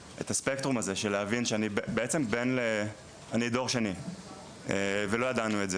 הספקטרום הזה של להבין שאני בעצם בן לדור שני ולא ידענו את זה.